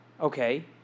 Okay